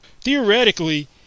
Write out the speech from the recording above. Theoretically